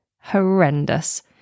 horrendous